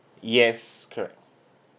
yes correct